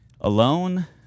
alone